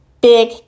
big